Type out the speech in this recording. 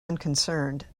unconcerned